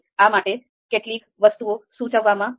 આ માટે કેટલીક વસ્તુઓ સૂચવવામાં આવી છે